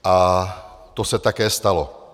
A to se také stalo.